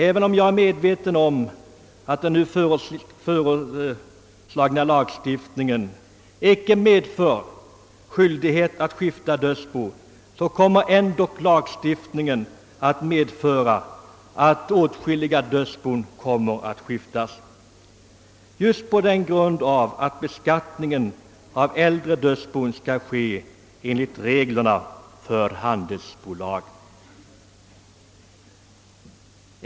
även om den nt föreslagna lagstiftningen icke medför skyldighet att skifta dödsbo, kommer den ändock att medföra att åtskilliga dödsbon skiftas just på den grunden att beskattningen av äldre dödsbon skall ske enligt reglerna för handelsbolag.